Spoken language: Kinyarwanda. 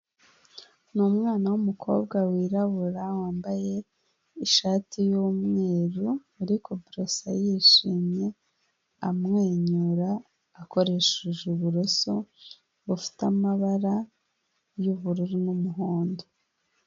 Ni umwana w'umukobwa wirabura wambaye ishati y'umweru, uri kuborosa yishimye amwenyura, akoresheje uburoso bufite amabara y'ubururu n'umuhondo.